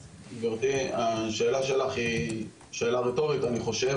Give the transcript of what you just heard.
גבירתי, השאלה שלך היא שאלה רטורית אני חושב.